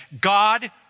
God